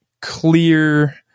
clear